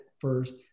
first